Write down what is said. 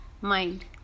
mind